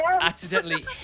accidentally